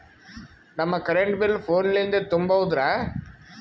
ನಮ್ current bill ಫೋನ ಲಿಂದೇ ತುಂಬೌದ್ರಾ?